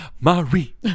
Marie